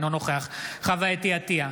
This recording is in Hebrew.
אינו נוכח חוה אתי עטייה,